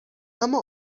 اما